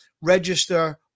register